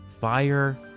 fire